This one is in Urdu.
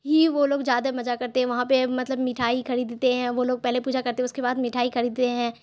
ہی وہ لوگ زیادہ مزہ کرتے ہیں وہاں پہ مطلب مٹھائی خریدتے ہیں وہ لوگ پہلے پوجا کرتے ہیں اس کے بعد مٹھائی خریدتے ہیں